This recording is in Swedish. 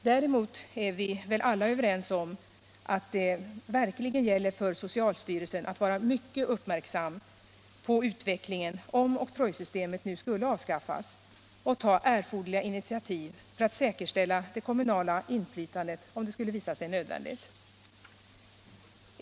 Däremot är vi väl alla överens om att det verkligen gäller för socialstyrelsen att vara mycket uppmärksam på utvecklingen om oktrojsystemet nu skulle avskaffas och ta erforderliga initiativ för att säkerställa det kommunala inflytandet om det skulle visa sig nödvändigt.